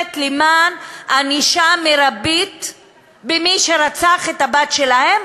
נלחמת למען ענישה מרבית של מי שרצח את הבת שלהם,